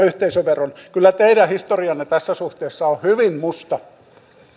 yhteisöveron nimeen kyllä teidän historianne tässä suhteessa on hyvin musta